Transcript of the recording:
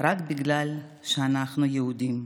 רק בגלל שאנחנו יהודים.